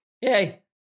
Yay